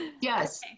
Yes